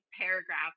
paragraph